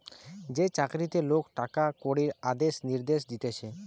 যে চাকরিতে লোক টাকা কড়ির আদেশ নির্দেশ দিতেছে